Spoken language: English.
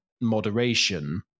moderation